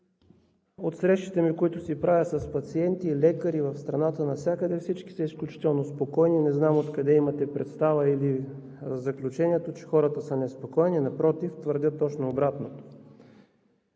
от срещите ми, които правя навсякъде в страната с пациенти и лекари, всички са изключително спокойни. Не знам откъде имате представа или заключението, че хората са неспокойни. Напротив, твърдят точно обратното.